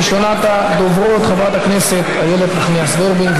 ראשונת הדוברות, חברת הכנסת איילת נחמיאס ורבין.